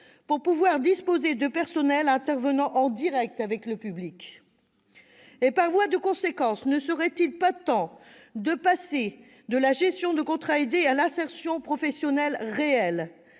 pour disposer de personnels qui travaillent au contact direct du public ? Par voie de conséquence, ne serait-il pas temps de passer de la gestion de contrats aidés à l'insertion professionnelle réelle,